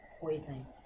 poison